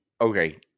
Okay